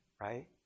right